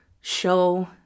show